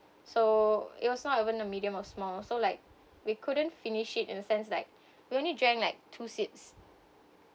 so it was not even a medium or small so like we couldn't finish it in a sense like we only drank like two sips